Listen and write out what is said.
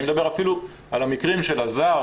אני מדבר על המקרים של הזר